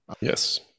Yes